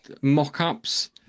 mock-ups